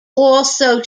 also